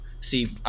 See